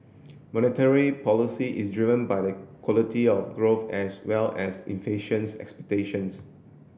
monetary policy is driven by the quality of growth as well as inflations expectations